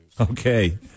Okay